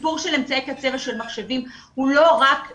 הסיפור של אמצעי קצה ומחשבים הוא לא רק לימוד.